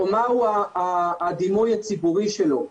או מהו הדימוי הציבורי שלו.